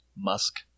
musk